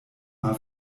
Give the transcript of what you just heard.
mal